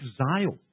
exile